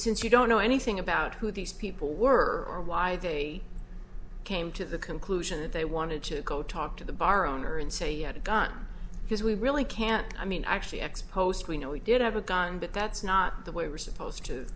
since you don't know anything about who these people were or why they came to the conclusion that they wanted to go talk to the bar owner and say you had a gun because we really can't i mean actually x post we know he did have a gun but that's not the way we're supposed to